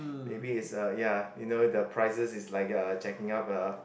maybe it's a ya you know the prices is like uh jacking up uh